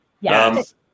Yes